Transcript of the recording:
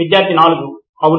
విద్యార్థి 4 అవును